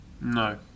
No